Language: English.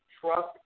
trust